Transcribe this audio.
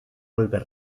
golpes